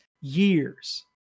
years